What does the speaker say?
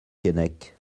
keinec